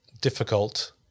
Difficult